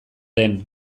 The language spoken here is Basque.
den